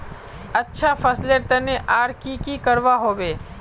अच्छा फसलेर तने आर की की करवा होबे?